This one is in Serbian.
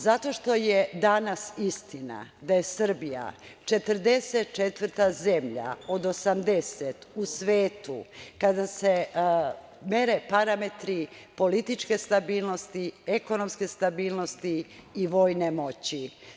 Zato što je danas istina da je Srbija 44. zemlja od 80 u svetu kada se mere parametri političke stabilnosti, ekonomske stabilnosti i vojne moći.